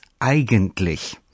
eigentlich